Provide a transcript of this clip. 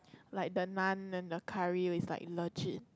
like the naan and the curry is like legit